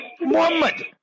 Muhammad